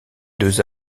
deux